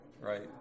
Right